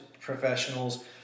professionals